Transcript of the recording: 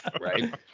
Right